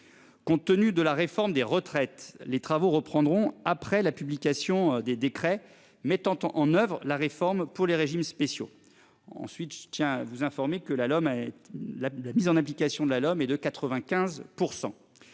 Compte tenu de la réforme des retraites. Les travaux reprendront après la publication des décrets mettant en oeuvre la réforme pour les régimes spéciaux. Ensuite, je tiens à vous informer que la l'homme et la la mise en application de la l'homme et de 95%.